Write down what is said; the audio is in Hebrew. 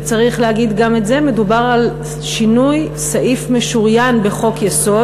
וצריך להגיד גם את זה: מדובר על שינוי סעיף משוריין בחוק-יסוד,